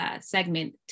segment